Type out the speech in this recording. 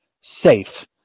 SAFE